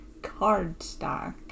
cardstock